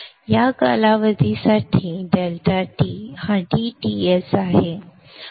आता या कालावधीसाठी ∆T हा dTs आहे